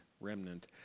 remnant